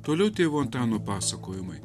toliau tėvo antano pasakojimai